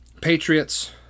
Patriots